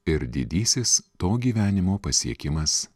ir didysis to gyvenimo pasiekimas